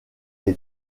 est